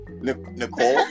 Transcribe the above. Nicole